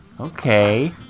Okay